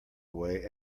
away